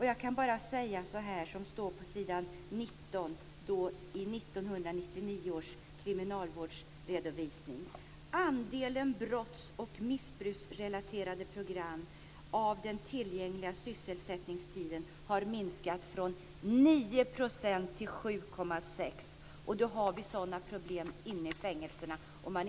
Jag kan bara upprepa det som står på s. 19 i 1999 års kriminalvårdsredovisning: Andelen brotts och missbruksrelaterade program av den tillgängliga sysselsättningstiden har minskat från 9 % till 7,6 %. Vi har dessa problem inne i fängelserna.